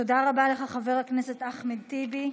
תודה רבה לך, חבר הכנסת אחמד טיבי.